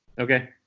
Okay